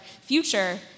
future